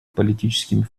политическими